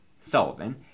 Sullivan